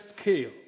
scale